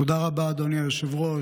תודה רבה, אדוני היושב-ראש.